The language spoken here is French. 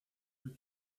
que